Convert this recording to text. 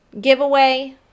Giveaway